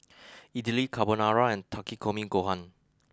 Idili Carbonara and Takikomi Gohan